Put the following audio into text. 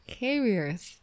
carriers